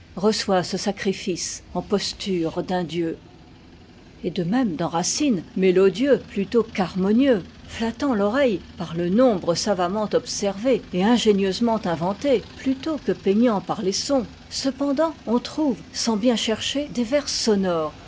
reçoit ce sacrifice en posture d'un dieu et de même dans racine mélodieux plutôt qu'harmonieux flattant l'oreille par le nombre savamment observé et ingénieusement inventé plutôt que peignant par les sons cependant on trouve sans bien chercher des vers sonores